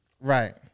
Right